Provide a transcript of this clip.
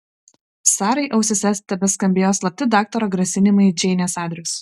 sarai ausyse tebeskambėjo slapti daktaro grasinimai džeinės adresu